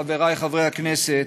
חברי חברי הכנסת,